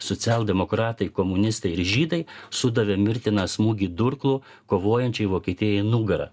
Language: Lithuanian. socialdemokratai komunistai ir žydai sudavė mirtiną smūgį durklu kovojančiai vokietijai į nugarą